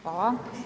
Hvala.